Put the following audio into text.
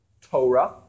Torah